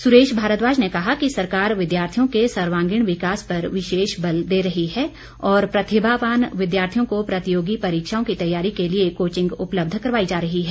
सुरेश भारद्वाज ने कहा कि सरकार विद्यार्थियों के सर्वांगीण विकास पर विशेष बल दे रही है और प्रतिभावान विद्यार्थियों को प्रतियोगी परीक्षाओं की तैयारी के लिए कोंचिग उपलब्ध करवाई जा रही है